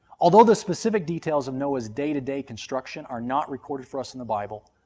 although the specific details of noah's day-to-day construction are not recorded for us in the bible,